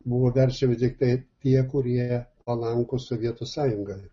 buvo verčiami tiktai tie kurie palankūs sovietų sąjungai